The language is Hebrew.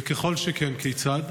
וככל שכן, כיצד?